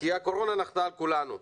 כי הקורונה נחתה על כולנו,